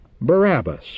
Barabbas